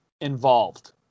involved